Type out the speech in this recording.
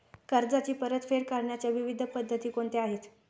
कर्जाची परतफेड करण्याच्या विविध पद्धती कोणत्या आहेत?